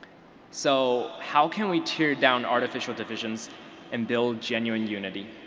so, how can we tear down artificial divisions and build genuine unity?